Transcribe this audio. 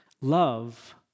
love